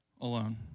alone